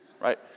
Right